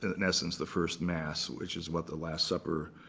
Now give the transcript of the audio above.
ah in essence, the first mass, which is what the last supper